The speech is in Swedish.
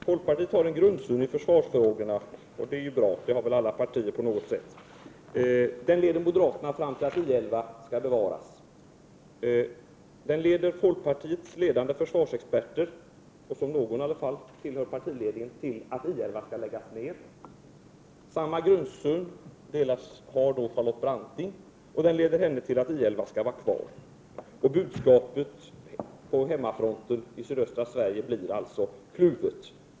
Herr talman! Detta blir alltmer intressant! Folkpartiet har en grundsyn i försvarsfrågorna. Och det är ju bra; alla partier har väl någon form av grundsyn i dessa frågor. Moderaternas grundsyn i dessa frågor leder oss fram till övertygelsen att I 11 skall bevaras. Folkpartiets grundsyn leder folkpartiets ledande försvarsexperter, av vilka i alla fall någon tillhör partiledningen, till övertygelsen att I 11 skall läggas ner. Även Charlotte Branting har denna grundsyn, och den leder henne till övertygelsen att I 11 skall få finnas kvar. Budskapet på hemmafronten, budskapet till sydöstra Sverige, blir således kluvet.